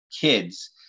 kids